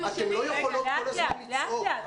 אתן לא יכולות כל הזמן לצעוק.